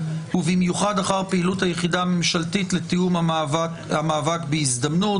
ובמיוחד אחר פעילות היחידה הממשלתית לתיאום המאבק בגזענות.